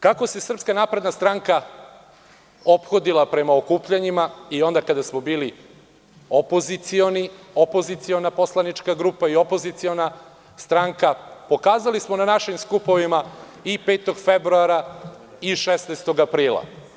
Kako se SNS ophodila prema okupljanjima i onda kada smo bili opozicioni, opoziciona poslanička grupa i opoziciona stranka, pokazali smo na našim skupovima 5. februara i 16. aprila.